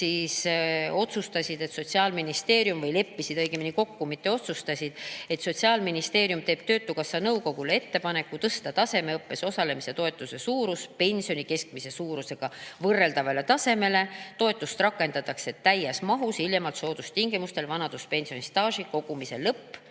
siis otsustasid või õigemini leppisid kokku, mitte ei otsustanud, et Sotsiaalministeerium teeb töötukassa nõukogule ettepaneku tõsta tasemeõppes osalemise toetuse suurus pensioni keskmise suurusega võrreldavale tasemele. Toetust rakendatakse täies mahus hiljemalt soodustingimustel vanaduspensioni staaži kogumise